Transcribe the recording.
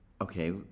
okay